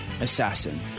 assassin